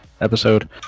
episode